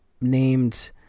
named